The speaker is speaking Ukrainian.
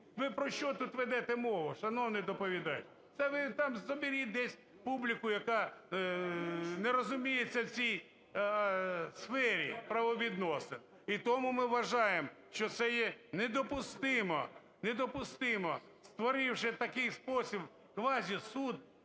Ви про що тут ведете мову, шановний доповідач? Це ви там собі десь публіку, яка не розуміється в цій сфері правовідносин. І тому ми вважаємо, що це є недопустимо, недопустимо, створивши у такий спосіб квазісуд,